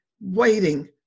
waiting